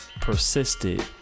persisted